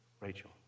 Rachel